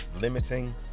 limiting